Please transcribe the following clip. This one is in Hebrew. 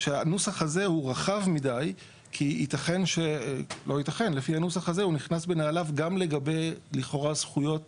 שהנוסח הזה הוא רחב מדי כי הוא נכנס בנעליו גם לגבי זכויות